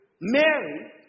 Mary